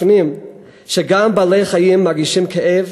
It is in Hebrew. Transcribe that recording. ותפנים שגם בעלי-חיים מרגישים כאב,